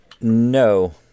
No